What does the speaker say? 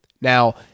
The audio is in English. now